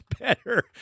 better